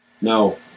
No